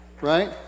Right